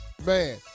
Man